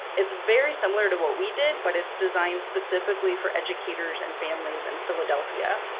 it's very similar to what we did, but it's designed specifically for educators and families in philadelphia.